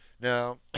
Now